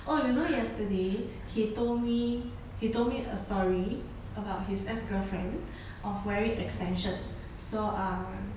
oh you know yesterday he told me he told me a story about his ex girlfriend of wearing extension so ah